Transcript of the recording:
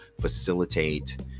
facilitate